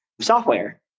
software